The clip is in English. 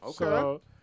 Okay